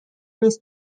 نیست